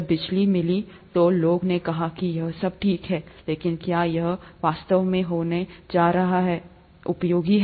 जब बिजली मिली तो लोगों ने कहा कि यह सब ठीक है लेकिन क्या यह वास्तव में होने जा रहा है उपयोगी